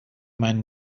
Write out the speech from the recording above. meinen